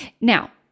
Now